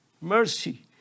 mercy